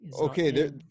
okay